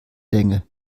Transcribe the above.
länge